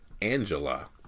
Angela